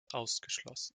ausgeschlossen